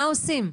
מה עושים?